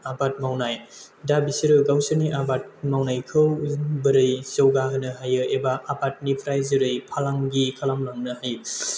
आबाद मावनाय दा बिसोरो गावसोरनि आबाद मावनायखौ बोरै जौगाहोनो हायो एबा आबादनिफ्राय जेरै फालांगि खालामलांनो हायो